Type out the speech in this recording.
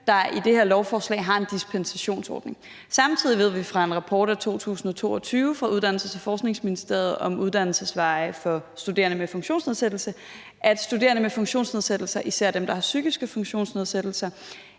der i det her lovforslag har en dispensationsordning. Samtidig ved vi fra en rapport fra 2022 fra Uddannelses- og Forskningsministeriet om uddannelsesveje for studerende med funktionsnedsættelse, at studerende med funktionsnedsættelse, især dem, der har psykiske funktionsnedsættelser,